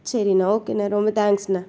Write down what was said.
சரிண்ணா ஓகேண்ணா ரொம்ப தேங்க்ஸ்ண்ணா